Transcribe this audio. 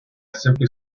simply